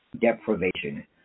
deprivation